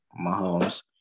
Mahomes